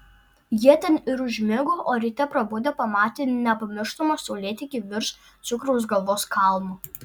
jie ten ir užmigo o ryte prabudę pamatė nepamirštamą saulėtekį virš cukraus galvos kalno